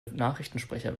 nachrichtensprecher